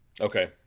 Okay